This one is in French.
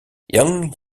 yang